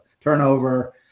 turnover